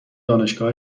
دانشگاه